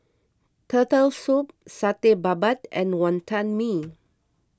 Turtle Soup Satay Babat and Wantan Mee